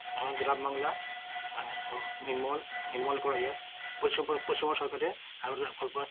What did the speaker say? আমাদের গ্রাম বাংলা নির্মল নির্মল করা যায় পশ্চিম পো পশ্চিমবঙ্গ সরকারের